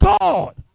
God